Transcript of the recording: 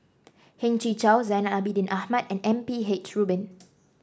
Heng Chee How Zainal Abidin Ahmad and M P H Rubin